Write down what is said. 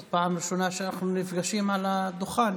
זאת פעם ראשונה שאנחנו נפגשים על הדוכן.